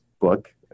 book